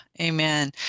Amen